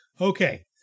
Okay